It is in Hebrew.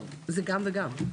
זה גם וגם.